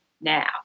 now